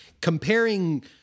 comparing